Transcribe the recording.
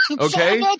okay